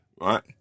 right